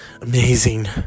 amazing